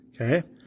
Okay